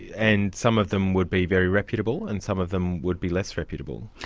and some of them would be very reputable and some of them would be less reputable.